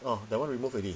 orh that [one] remove already